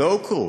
הוכרו.